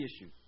issue